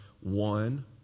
One